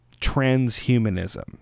transhumanism